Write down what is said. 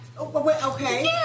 Okay